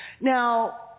Now